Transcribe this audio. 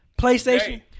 PlayStation